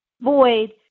void